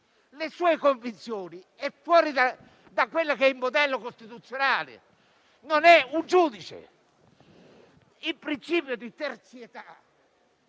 alle sue convinzioni è fuori dal modello costituzionale: non è un giudice. Il principio di terzietà,